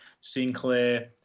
Sinclair